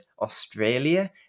australia